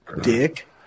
Dick